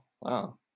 wow